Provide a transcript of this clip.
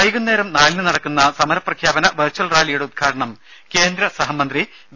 വൈകുന്നേരം നാലിന് നടക്കുന്ന സമര പ്രഖ്യാപന വെർച്വൽ റാലിയുടെ ഉദ്ഘാടനം കേന്ദ്രസഹമന്ത്രി വി